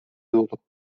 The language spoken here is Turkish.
dolu